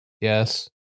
Yes